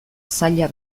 zaila